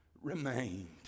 remained